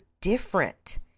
different